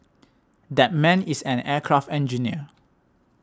that man is an aircraft engineer